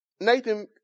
Nathan